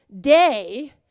day